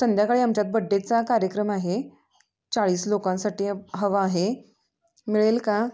संध्याकाळी आमच्यात बड्डेचा कार्यक्रम आहे चाळीस लोकांसाठी हवा आहे मिळेल का